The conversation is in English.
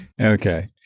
Okay